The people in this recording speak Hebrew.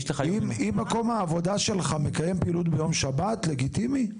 אם מקום העבודה שלך מקיים פעילות ביום שבת אז זה לגיטימי.